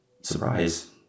surprise